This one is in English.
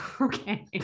okay